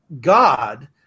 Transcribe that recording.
God